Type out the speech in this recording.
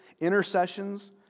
intercessions